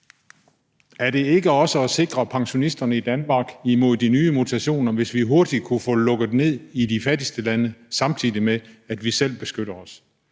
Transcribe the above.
Er det ikke også at sikre pensionisterne i Danmark imod de nye mutationer, hvis vi hurtigt kunne få lukket ned i de fattigste lande, samtidig med at vi selv beskytter os?